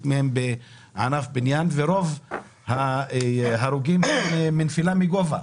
מהם בענף הבניין - כשרוב ההרוגים הם מנפילה לגובה.